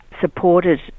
supported